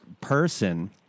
person